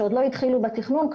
כשעוד לא התחילו בתכנון,